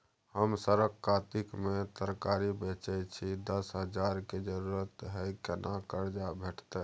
हम सरक कातिक में तरकारी बेचै छी, दस हजार के जरूरत हय केना कर्जा भेटतै?